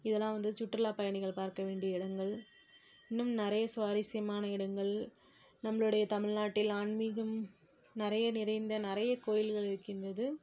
இதெல்லாம் வந்து சுற்றுலாப் பயணிகள் பார்க்கவேண்டிய இடங்கள் இன்னும் நிறைய சுவாரஸ்யமான இடங்கள் நம்மளோடைய தமிழ்நாட்டில் ஆன்மீகம் நிறைய நிறைந்த நிறைய கோயில்கள் இருக்கின்றது